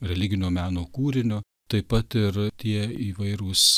religiniu meno kūriniu taip pat ir tie įvairūs